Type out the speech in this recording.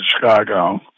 Chicago